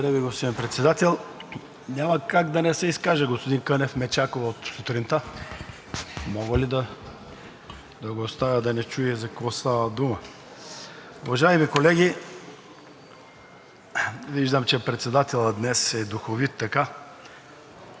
Ви, господин Председател. Няма как да не се изкажа, господин Кънев ме чака от сутринта, мога ли да го оставя да не чуе за какво става дума? Уважаеми колеги, виждам, че председателят днес е духовит –